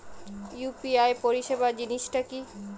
UPI পরিসেবা জিনিসটা কি?